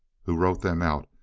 who wrote them out,